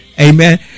Amen